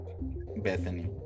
Bethany